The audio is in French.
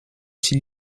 ses